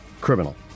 criminal